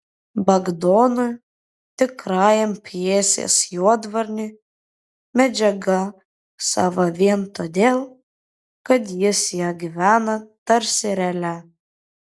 bagdonui tikrajam pjesės juodvarniui medžiaga sava vien todėl kad jis ja gyvena tarsi realia